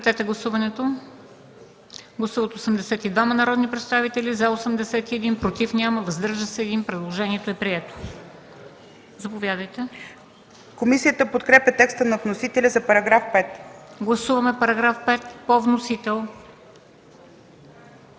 Комисията подкрепя текстовете на вносителя за параграфи